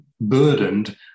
burdened